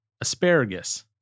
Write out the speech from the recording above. asparagus